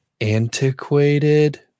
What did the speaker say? Antiquated